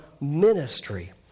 ministry